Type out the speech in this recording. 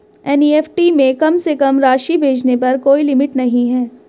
NEFT में कम से कम राशि भेजने पर कोई लिमिट नहीं है